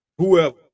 whoever